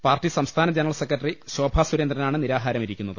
party സംസ്ഥാന general secretary Shobha സുരേന്ദ്രനാണ് നിരാഹാരമിരിക്കുന്നത്